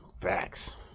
Facts